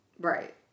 Right